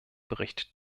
bericht